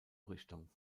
richtung